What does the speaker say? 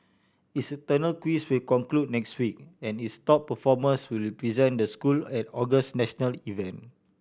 its internal quiz will conclude next week and its top performers will represent the school at August national event